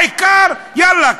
העיקר: יאללה,